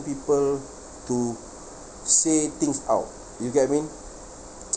people to say things out you get what I mean